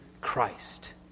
Christ